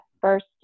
first